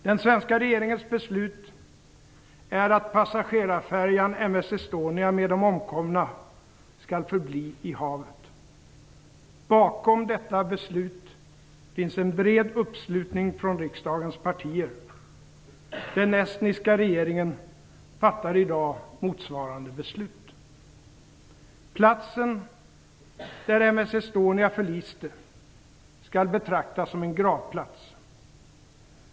Den svenska regeringens beslut är att passagerarfärjan MS Estonia med de omkomna skall förbli i havet. Bakom detta beslut finns en bred uppslutning från riksdagens partier. Den estniska regeringen fattar i dag motsvarande beslut. Platsen där MS Estonia förliste skall betraktas som en gravplats.